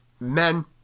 Men